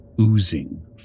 oozing